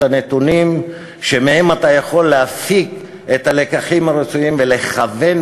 הנתונים שמהם אתה יכול להפיק את הלקחים הרצויים ולכוון,